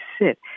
sit